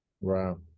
Wow